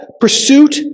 pursuit